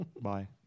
Bye